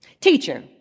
Teacher